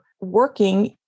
working